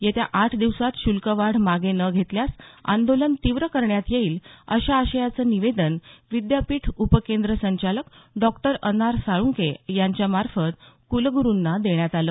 येत्या आठ दिवसांत शुल्कवाढ मागे न घेतल्यास आंदोलन तीव्र करण्यात येईल अशा आशयाचं निवेदन विद्यापीठ उपकेंद्र संचालक डॉक्टर अनार साळंके यांच्यामार्फत कुलगुरुंना देण्यात आलं